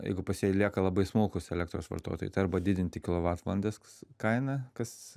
jeigu pasilieka labai smulkūs elektros vartotojai tai arba didinti kilovatvalandes kainą kas